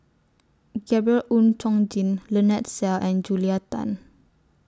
Gabriel Oon Chong Jin Lynnette Seah and Julia Tan